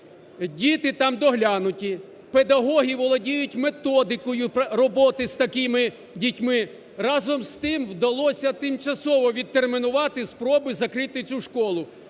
Діти там доглянуті, педагоги володіють методикою роботи з такими дітьми. Разом з тим, вдалося тимчасово відтермінувати спроби закрити цю школу.